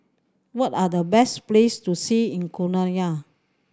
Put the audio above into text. what are the best place to see in Guyana